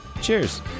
Cheers